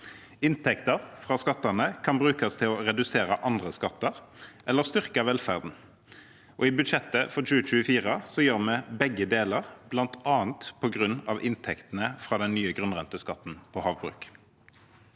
Inntekter fra skattene kan brukes til å redusere andre skatter eller styrke velferden. I budsjettet for 2024 gjør vi beg ge deler, bl.a. på grunn av inntektene fra den nye grunnrenteskatten på havbruk.